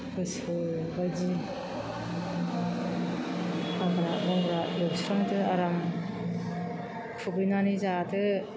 गोसो बायदि हाग्रा बंग्रा एवस्रांदो आराम फुग्लिनानै जादो